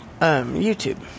YouTube